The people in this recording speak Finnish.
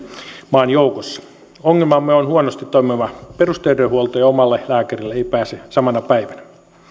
maan joukossa ongelmamme on huonosti toimiva perusterveydenhuolto ja omalle lääkärille ei pääse samana päivänä